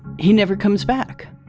he never comes back,